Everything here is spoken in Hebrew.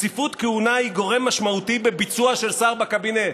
רציפות כהונה היא גורם משמעותי בביצוע של שר בקבינט.